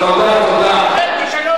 כישלון,